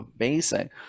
amazing